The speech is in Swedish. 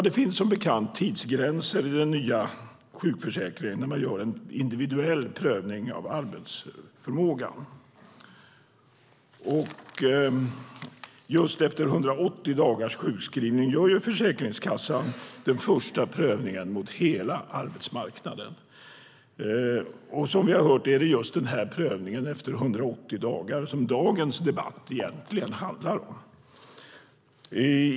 Det finns som bekant tidsgränser i den nya sjukförsäkringen när man gör en individuell prövning av arbetsförmågan. Just efter 180 dagars sjukskrivning gör Försäkringskassan den första prövningen mot hela arbetsmarknaden. Som vi har hört är det just denna prövning efter 180 dagar som dagens debatt egentligen handlar om.